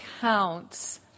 counts